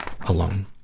alone